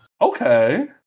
Okay